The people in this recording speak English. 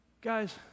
guys